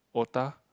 otah